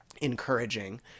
encouraging